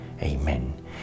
Amen